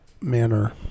manner